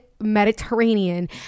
Mediterranean